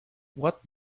what